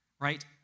right